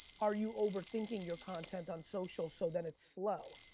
are you overthinking your content on social, so then it's slow,